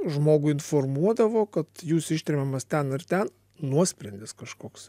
žmogų informuodavo kad jūs ištremiamas ten ir ten nuosprendis kažkoks